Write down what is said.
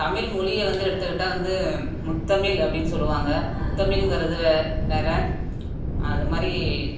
தமிழ் மொழிய வந்து எடுத்துக்கிட்டால் வந்து முத்தமிழ் அப்படினு சொல்லுவாங்க முத்தமிழ்ங்கிறது வேறு அது மாதிரி